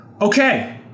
Okay